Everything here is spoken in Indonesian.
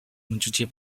mencuci